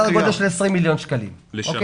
סדר גודל של 20 מיליון שקלים לשנה.